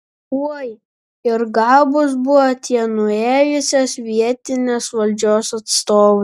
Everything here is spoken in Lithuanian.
oi ir gabūs buvo tie nuėjusios vietinės valdžios atstovai